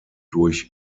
durch